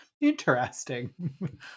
interesting